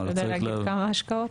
אתה יודע להגיד כמה השקעות?